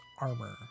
armor